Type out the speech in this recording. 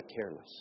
careless